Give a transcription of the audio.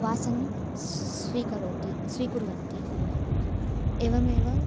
वासनं स् स्वीकरोति स्वीकुर्वन्ति एवमेव